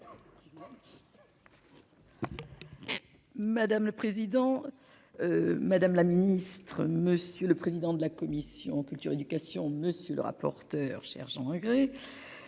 Madame le président. Madame la ministre, monsieur le président de la commission culture éducation monsieur le rapporteur cherche en engrais.